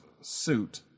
suit